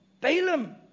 Balaam